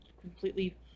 completely